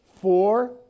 four